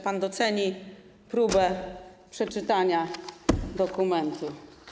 Pan doceni próbę przeczytania dokumentu.